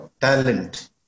talent